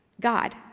God